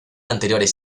anteriores